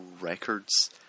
Records